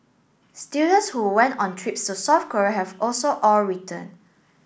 students who went on trips to South Korea have also all returned